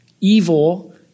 Evil